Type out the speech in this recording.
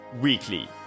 weekly